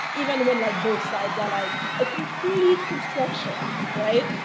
even when, like, both sides are like a complete construction. right?